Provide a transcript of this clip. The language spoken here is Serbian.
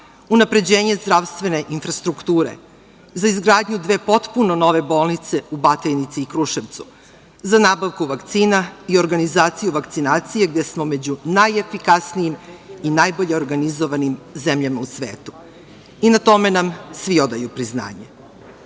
unapređenje zdravstvene infrastrukture, za izgradnju dve potpuno nove bolnice u Batajnici i Kruševcu, za nabavku vakcina i organizaciju vakcinacije, gde smo među najefikasnijim i najbolje organizovanim zemljama u svetu. Na tome nam svi odaju priznanje. Takođe,